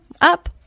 Up